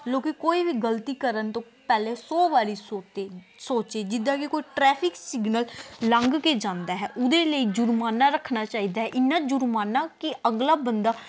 ਲੋਕ ਕੋਈ ਵੀ ਗਲਤੀ ਕਰਨ ਤੋਂ ਪਹਿਲਾਂ ਸੌ ਵਾਰੀ ਸੋਤੇ ਸੋਚੇ ਜਿੱਦਾਂ ਕਿ ਕੋਈ ਟਰੈਫਿਕ ਸਿਗਨਲ ਲੰਘ ਕੇ ਜਾਂਦਾ ਹੈ ਉਹਦੇ ਲਈ ਜੁਰਮਾਨਾ ਰੱਖਣਾ ਚਾਹੀਦਾ ਇੰਨਾਂ ਜੁਰਮਾਨਾ ਕਿ ਅਗਲਾ ਬੰਦਾ